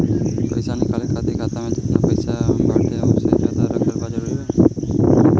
पईसा निकाले खातिर खाता मे जेतना पईसा बाटे ओसे ज्यादा रखल जरूरी बा?